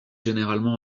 généralement